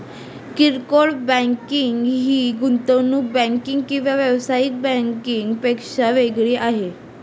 किरकोळ बँकिंग ही गुंतवणूक बँकिंग किंवा व्यावसायिक बँकिंग पेक्षा वेगळी आहे